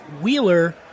Wheeler